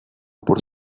por